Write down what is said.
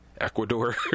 ecuador